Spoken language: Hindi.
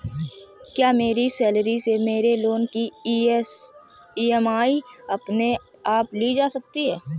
क्या मेरी सैलरी से मेरे लोंन की ई.एम.आई अपने आप ली जा सकती है?